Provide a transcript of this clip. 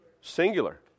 Singular